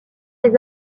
les